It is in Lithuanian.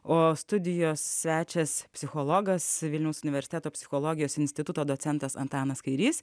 o studijos svečias psichologas vilniaus universiteto psichologijos instituto docentas antanas kairys